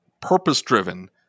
purpose-driven